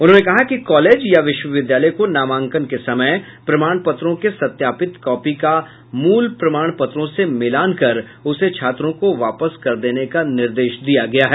उन्होंने कहा कि कॉलेज या विश्वविद्यालय को नामांकन के समय प्रमाण पत्रों के सत्यापित कॉपी का मूल प्रमाण पत्रों से मिलान कर उसे छात्रों को वापस कर देने का निर्देश दिया गया है